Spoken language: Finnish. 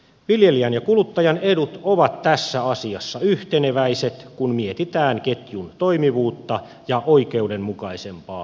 viljelijän ja kuluttajan edut ovat tässä asiassa yhteneväiset kun mietitään ketjun toimivuutta ja oikeudenmukaisempaa tulonjakoa